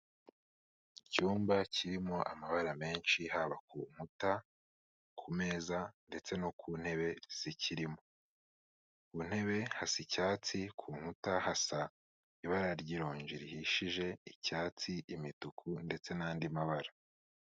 Icyumba kirimo amabara menshi haba ku nkuta, ku meza ndetse no ku ntebe zikirimo, ku ntebe hasa icyatsi ku nkuta hasa ibara ry'ironji rihishije, icyatsi, imituku ndetse n'andi mabara.